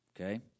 Okay